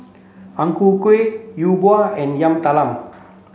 Ang Ku Kueh Yi Bua and Yam Talam